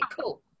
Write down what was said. cool